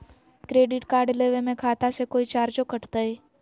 Credit card लेवे में खाता से कोई चार्जो कटतई?